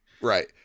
Right